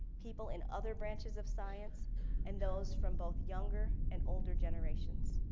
people in other branches of science and those from both younger and older generations.